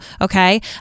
Okay